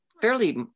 fairly